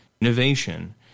innovation